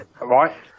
Right